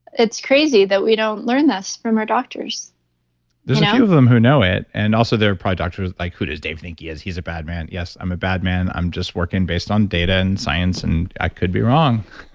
it's crazy that we don't learn this from our doctors there's a few of them who know it. and also there are probably doctors like, who does dave think he has? he's a bad man, yes, i'm a bad man. i'm just working based on data and science and i could be right.